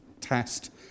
test